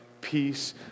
peace